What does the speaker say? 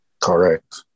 Correct